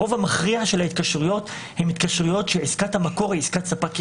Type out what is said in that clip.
הרוב המכריע של ההתקשרויות הן התקשרויות שעסקת המקור היא עסקת ספק יחיד.